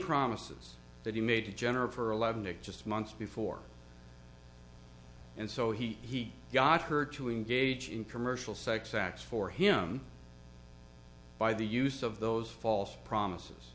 promises that he made to general for eleven it just months before and so he got her to engage in commercial sex acts for him by the use of those false promises